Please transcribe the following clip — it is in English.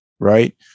Right